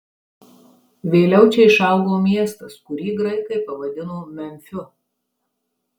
vėliau čia išaugo miestas kurį graikai pavadino memfiu